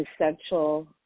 essential